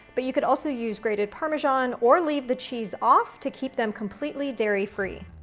but you could also use grated parmesan or leave the cheese off to keep them completely dairy-free.